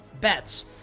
bets